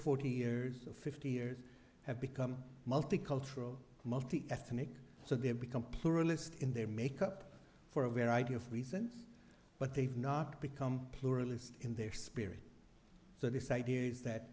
forty years fifty years have become multicultural multiethnic so they have become pluralist in their make up for a variety of reasons but they've not become pluralist in their spirit so this idea is that